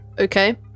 okay